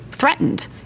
threatened